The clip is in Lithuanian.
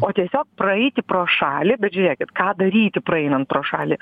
o tiesiog praeiti pro šalį bet žiūrėkit ką daryti praeinant pro šalį